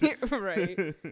Right